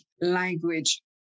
language